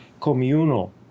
communal